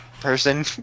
person